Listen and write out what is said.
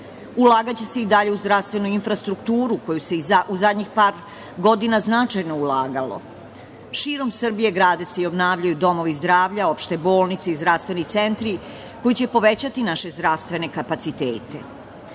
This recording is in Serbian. Ulagaće se i dalje u zdravstvenu infrastrukturu u koju se u zadnjih par godina značajno ulagalo. Širom Srbije grade se i obnavljaju domovi zdravlja, opšte bolnice i zdravstveni centri koji će povećati naše zdravstvene kapacitete. Podsećanja